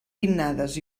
pinnades